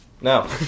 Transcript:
No